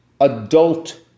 adult